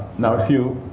now if you.